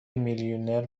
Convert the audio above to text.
میلیونر